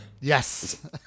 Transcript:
yes